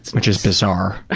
which is bazaar.